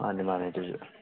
ꯃꯥꯅꯤ ꯃꯥꯅꯤ ꯑꯗꯨꯁꯨ